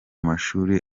mashuri